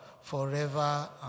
forever